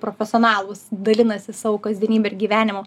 profesionalūs dalinasi savo kasdienybe ir gyvenimu